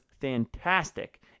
fantastic